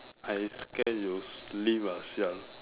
I scared you sleep lah [sial]